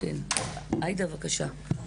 חברת הכנסת עאידה, בבקשה.